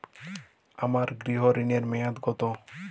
আমার গৃহ ঋণের মেয়াদ কত?